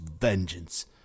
vengeance